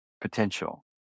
potential